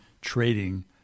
trading